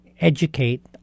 educate